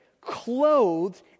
clothed